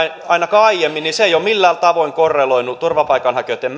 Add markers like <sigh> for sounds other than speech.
ainakaan aiemmin ole millään tavoin korreloinut turvapaikanhakijoitten <unintelligible>